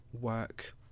work